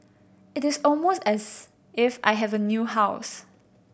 it is almost as if I have a new house